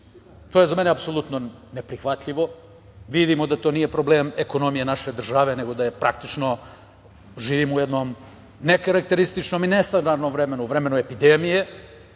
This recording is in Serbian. To je za mene apsolutno neprihvatljivo. Vidimo da to nije problem ekonomije naše države, nego da, praktično, živimo u jednom nekarakterističnom i nestandardnom vremenu, u vremenu epidemije